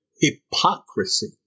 hypocrisy